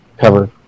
cover